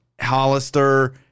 Hollister